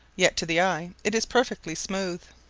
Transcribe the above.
yet to the eye it is perfectly smooth.